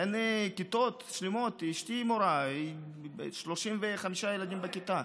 כיתות שלמות, אשתי מורה עם 35 ילדים בכיתה.